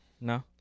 No